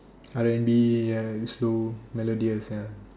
R&B ya a bit slow melodious ya